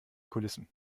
kulissen